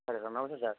సరే సార్ నమస్తే సార్